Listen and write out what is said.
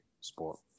sport